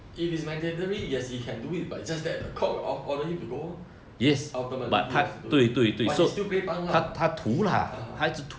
if it's mandatory yes you can do it but it's just that the court or~ order him to go orh ultimately he has to go but he still play punk lah uh